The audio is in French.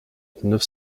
neuf